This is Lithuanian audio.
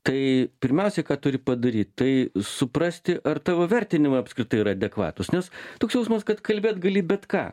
tai pirmiausia ką turi padaryt tai suprasti ar tavo vertinimai apskritai yra adekvatūs nes toks jausmas kad kalbėt gali bet ką